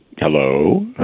hello